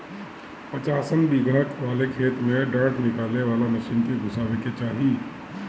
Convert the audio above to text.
पचासन बिगहा वाले खेत में डाँठ निकाले वाला मशीन के घुसावे के चाही